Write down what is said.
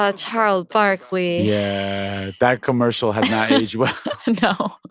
ah charles barkley yeah, that commercial has not aged well and